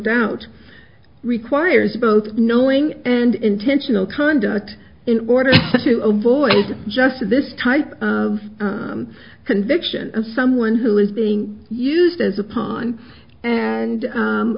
doubt requires both knowing and intentional conduct in order to avoid just this type of conviction and someone who is being used as a pawn and